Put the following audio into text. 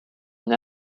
une